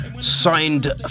signed